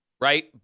right